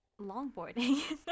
longboarding